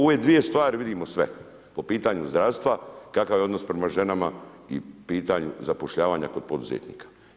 U ove dvije stvari vidimo sve po pitanju zdravstva kakav je odnos prema ženama i pitanje zapošljavanja kod poduzetnika.